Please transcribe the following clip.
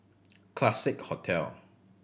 Classique Hotel